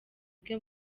bwe